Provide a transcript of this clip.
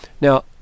Now